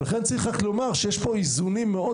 לכן צריך רק לומר שיש פה איזונים מאוד